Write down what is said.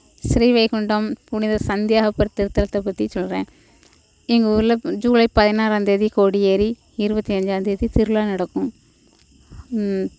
ஸ்ரீவைகுண்டம் புனித சந்தியாகப்பர் திருத்தலத்தைப் பற்றி சொல்கிறேன் எங்கள் ஊரில் ஜூலை பதினாறாம்தேதி கொடியேறி இருபத்தி அஞ்சாம்தேதி திருவிழா நடக்கும்